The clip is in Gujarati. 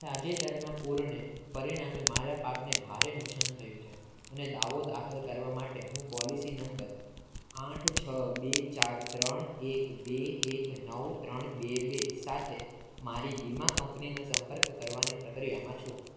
તાજેતરના પૂરને પરિણામે મારા પાકને ભારે નુકસાન થયું છે અને દાવો દાખલ કરવા માટે હું પોલિસી નંબર આઠ છ બે ચાર ત્રણ એક બે એક નવ ત્રણ બે બે સાથે મારી વીમા કંપનીનો સંપર્ક કરવાની પ્રક્રિયામાં છું